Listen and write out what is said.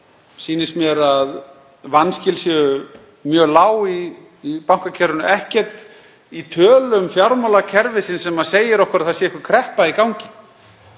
sýnist mér að vanskil séu mjög lág í bankakerfinu. Það er ekkert í tölum fjármálakerfisins sem segir okkur að það sé einhver kreppa í gangi,